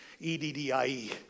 E-D-D-I-E